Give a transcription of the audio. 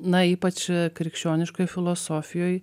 na ypač krikščioniškoj filosofijoj